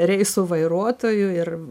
reisų vairuotoju ir